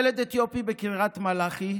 ילד אתיופי בקריית מלאכי,